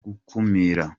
gukumira